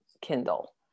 Kindle